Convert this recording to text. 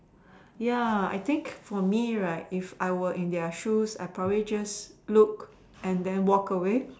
ya I think for me right if I am in their shoes right I will just look and walk away